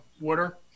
water